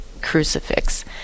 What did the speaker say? crucifix